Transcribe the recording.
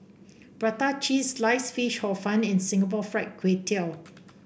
Prata Cheese Sliced Fish Hor Fun and Singapore Fried Kway Tiao